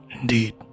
Indeed